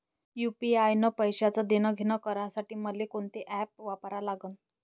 UPI न पैशाचं देणंघेणं करासाठी मले कोनते ॲप वापरा लागन?